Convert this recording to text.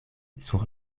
sur